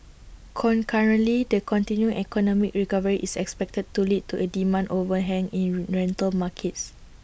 concurrently the continuing economic recovery is expected to lead to A demand overhang in rental markets